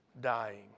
dying